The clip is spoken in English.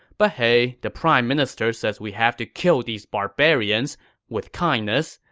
but hey, the prime minister says we have to kill these barbarians with kindness,